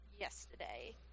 yesterday